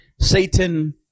Satan